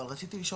אבל רציתי לשאול,